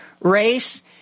race